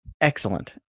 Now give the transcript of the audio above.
excellent